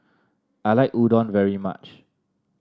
I like Udon very much